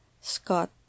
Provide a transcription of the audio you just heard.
Scott